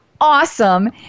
Awesome